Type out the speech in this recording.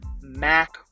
Mac